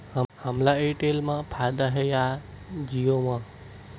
हमला एयरटेल मा फ़ायदा हे या जिओ मा?